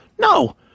No